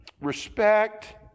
respect